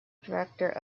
director